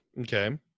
okay